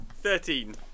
Thirteen